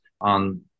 on